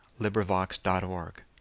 LibriVox.org